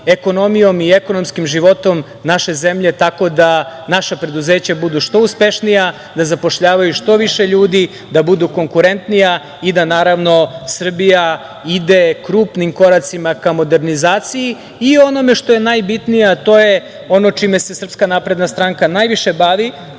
ekonomijom i ekonomskim životom naše zemlje, tako da naša preduzeća budu što uspešnija, da zapošljavaju što više ljudi, da budu konkurentnija i da Srbija ide krupnim koracima ka modernizaciji i onome što je najbitnije, a to je ono čime se SNS najviše bavi,